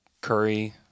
Curry